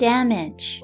Damage